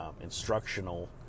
instructional